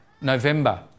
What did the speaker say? November